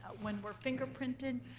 when we're fingerprinted.